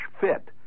fit